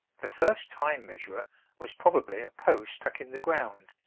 the first time-measurer was probably a post stuck in the ground,